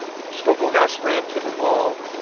umslopogaas ran to the wall,